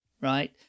right